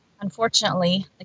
unfortunately